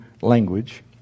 language